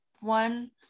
one